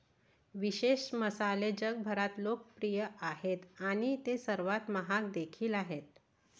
विशेष मसाले जगभरात लोकप्रिय आहेत आणि ते सर्वात महाग देखील आहेत